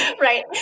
right